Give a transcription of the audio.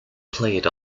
played